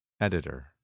Editor